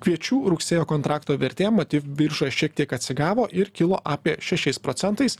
kviečių rugsėjo kontrakto vertė mativ biržoje šiek tiek atsigavo ir kilo apie šešiais procentais